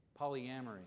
polyamory